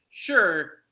Sure